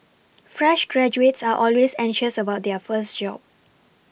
fresh graduates are always anxious about their first job